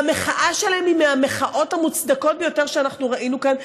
והמחאה שלהם היא מהמחאות המוצדקות ביותר שראינו כאן,